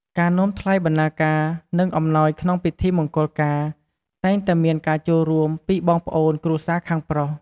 ការនាំថ្លៃបណ្ដាការ និងអំណោយក្នុងពិធីមង្គលការតែងតែមានការចូលរួមពីបងប្អូនគ្រួសារខាងប្រុស។